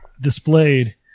displayed